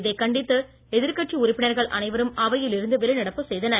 இதைக் கண்டித்து எதிர்கட்சி உறுப்பினர்கள் அனைவரும் அவையில் இருந்து வெளிநடப்பு செய்தனர்